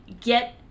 Get